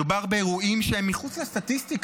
מדובר באירועים שהם מחוץ לסטטיסטיקה.